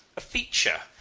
a feature,